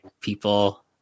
people